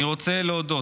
אני רוצה להודות.